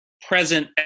present